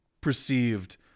perceived